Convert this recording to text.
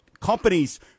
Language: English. companies